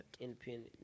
Independent